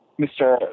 Mr